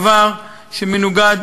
דבר שמנוגד,